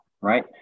right